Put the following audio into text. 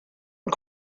und